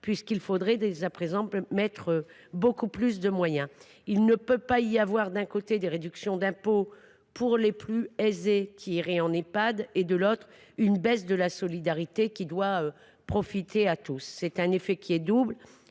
puisqu’il faudrait dès à présent y consacrer beaucoup plus de moyens. Il ne peut pas y avoir d’un côté des réductions d’impôt pour les plus aisés, qui iraient en Ehpad, et de l’autre une baisse de la solidarité : celle ci doit profiter à tous. Cet effort serait doublement